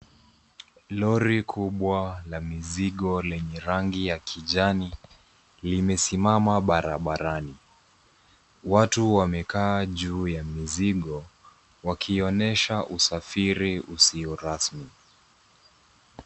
Lori kubwa la mizigo lenye rangi ya kijani limesimama barabarani. Watu wamekaa juu ya mizigo wakionyesha usafiri usio rasmi.